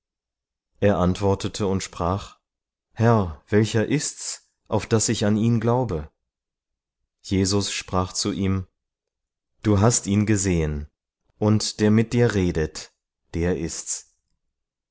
er antwortete und sprach herr welcher ist's auf daß ich an ihn glaube jesus sprach zu ihm du hast ihn gesehen und der mit dir redet der ist's